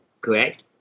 correct